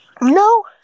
No